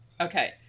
Okay